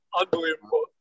unbelievable